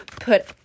Put